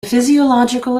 physiological